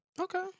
Okay